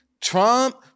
Trump